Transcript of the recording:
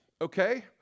okay